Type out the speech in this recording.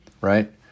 right